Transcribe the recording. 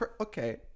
okay